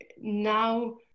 now